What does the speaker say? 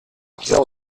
zéro